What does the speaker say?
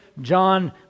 John